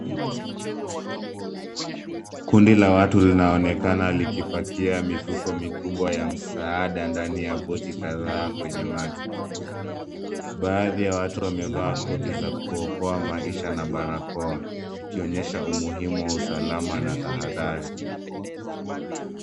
Kundi la watu linaonekana likipakia mifuko mikubwa ya msaada ndani ya pochi kadhaa kwenye maji. Baadhi ya watu wamevaa koti za kuokoa maisha na barakoa ikionyesha umuhimu wa usalama na tahadhari.